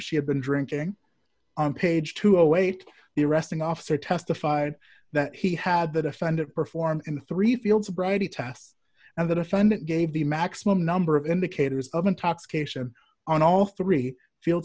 she had been drinking on page two await the arresting officer testified that he had the defendant perform in three field sobriety tests and the defendant gave the maximum number of indicators of intoxication on all three field